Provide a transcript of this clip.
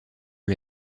sur